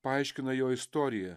paaiškina jo istoriją